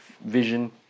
vision